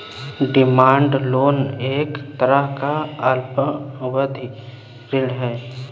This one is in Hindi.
डिमांड लोन एक तरह का अल्पावधि ऋण है